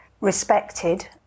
respected